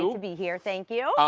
to be here, thank you.